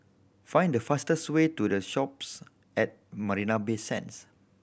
find the fastest way to The Shoppes at Marina Bay Sands